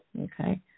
Okay